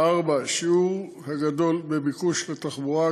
שיעור הגידול בביקוש לתחבורה,